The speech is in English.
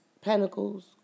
pentacles